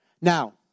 Now